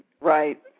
Right